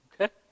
okay